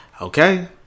Okay